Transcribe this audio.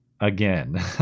Again